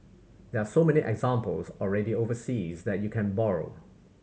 there are so many examples already overseas that you can borrow